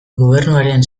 gobernuaren